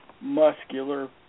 muscular